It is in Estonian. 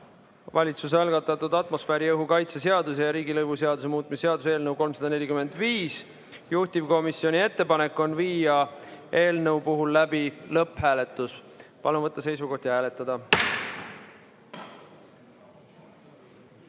Valitsuse algatatud atmosfääriõhu kaitse seaduse ja riigilõivuseaduse muutmise seaduse eelnõu 345. Juhtivkomisjoni ettepanek on viia läbi eelnõu lõpphääletus. Palun võtta seisukoht ja hääletada!